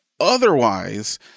Otherwise